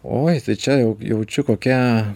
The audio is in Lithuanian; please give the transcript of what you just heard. oi tai čia jau jaučiu kokia